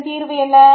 இதன் தீர்வு என்ன